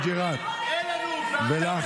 באותם שרים שהולכים ומזיזים את רגליהם והולכים